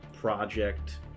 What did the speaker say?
Project